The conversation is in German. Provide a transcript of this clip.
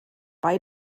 bei